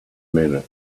minute